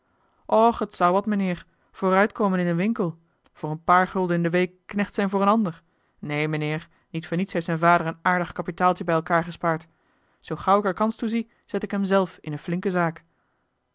och het zou wat mijnheer vooruitkomen in een winkel voor een paar gulden in de week knecht zijn voor een ander neen mijnheer niet voor niets heeft zijn vader een aardig kapitaaltje bij elkaar gespaard zoo gauw ik er kans toe zie zet ik hem zelf in eene flinke zaak